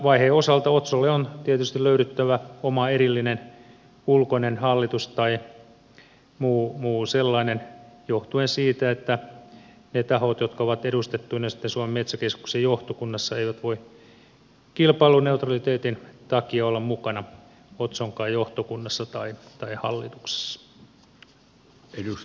siirtymävaiheen osalta otsolle on tietysti löydyttävä oma erillinen ulkoinen hallitus tai muu sellainen johtuen siitä että ne tahot jotka ovat edustettuina sitten suomen metsäkeskuksen johtokunnassa eivät voi kilpailuneutraliteetin takia olla mukana otsonkaan johtokunnassa tai hallituksessa